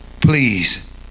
please